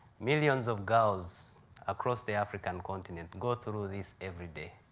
millions of girls across the african continent go through this every day.